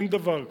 אין דבר כזה.